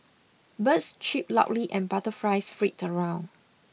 birds chip loudly and butterflies flit around